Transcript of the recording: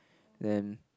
then